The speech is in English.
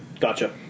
Gotcha